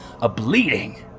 a-bleeding